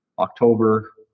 October